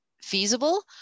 feasible